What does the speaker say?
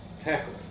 tackle